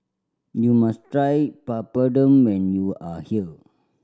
you must try Papadum when you are here